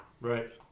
right